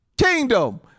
kingdom